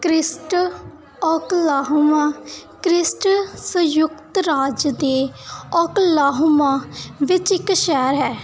Christ Oklahoma ਕ੍ਰਿਸਟ ਸੰਯੁਕਤ ਰਾਜ ਦੇ ਓਕਲਾਹੋਮਾ ਵਿੱਚ ਇੱਕ ਸ਼ਹਿਰ ਹੈ